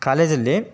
ಕಾಲೇಜಲ್ಲಿ